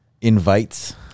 invites